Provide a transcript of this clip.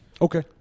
Okay